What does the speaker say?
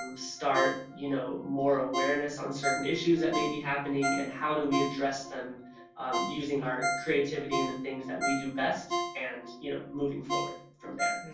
um start you know more awareness on certain issues that may be happening and how do we address them using our creativity and the things that we do best, and you know moving forward from there.